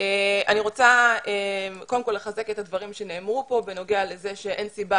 אני רוצה קודם כל לחזק את הדברים שנאמרו כאן בנוגע לזה שאין סיבה